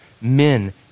men